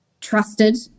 trusted